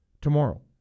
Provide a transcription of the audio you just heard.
tomorrow